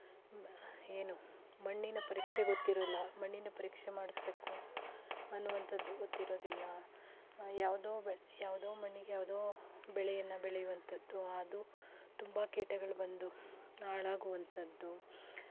ಏನು ಮಣ್ಣಿನ ಪರೀಕ್ಷೆ ಗೊತ್ತಿರಲ್ಲ ಮಣ್ಣಿನ ಪರೀಕ್ಷೆ ಮಾಡಿಸಬೇಕು ಅನ್ನುವಂಥದ್ದು ಗೊತ್ತಿರೋದಿಲ್ಲ ಯಾವುದೋ ಬೆ ಯಾವುದೋ ಮಣ್ಣಿಗೆ ಯಾವುದೋ ಬೆಳೆಯನ್ನು ಬೆಳೆಯುವಂಥದ್ದು ಅದು ತುಂಬ ಕೀಟಗಳು ಬಂದು ಹಾಳಾಗುವಂಥದ್ದು